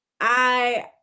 I-